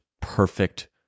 perfect